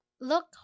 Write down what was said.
look